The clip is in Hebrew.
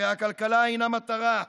הרי הכלכלה אינה מטרה,